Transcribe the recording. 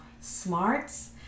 smarts